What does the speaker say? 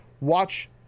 Watch